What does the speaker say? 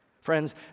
Friends